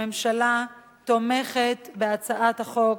הממשלה תומכת בהצעות החוק,